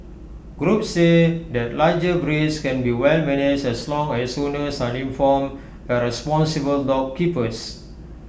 groups say that larger breeds can be well managed as long as owners are informed and responsible dog keepers